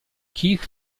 keith